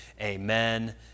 Amen